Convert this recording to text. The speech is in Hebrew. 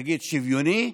נגיד, שוויוני,